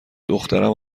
دخترم